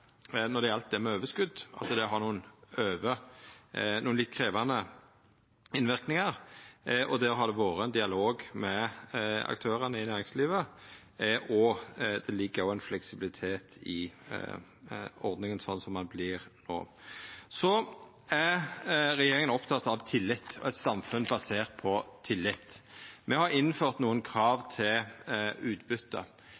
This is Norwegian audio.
det har nokre litt krevjande innverknader. Der har det vore ein dialog med aktørane i næringslivet, og det ligg òg ein fleksibilitet i ordninga sånn som ho vert no. Så er regjeringa oppteken av tillit og eit samfunn basert på tillit. Me har innført